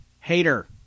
hater